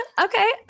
okay